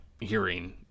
hearing